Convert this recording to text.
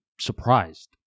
surprised